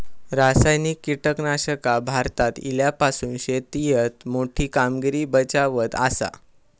रासायनिक कीटकनाशका भारतात इल्यापासून शेतीएत मोठी कामगिरी बजावत आसा